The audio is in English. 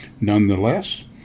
Nonetheless